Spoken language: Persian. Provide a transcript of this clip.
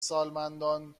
سالمندان